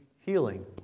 healing